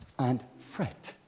and fret